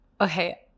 okay